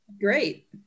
Great